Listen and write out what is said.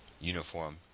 uniform